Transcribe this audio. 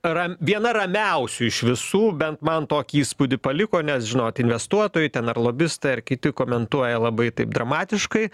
ra viena ramiausių iš visų bent man tokį įspūdį paliko nes žinot investuotojai ten ar lobistai ar kiti komentuoja labai taip dramatiškai